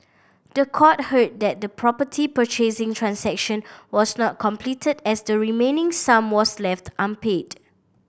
the court heard that the property purchasing transaction was not completed as the remaining sum was left unpaid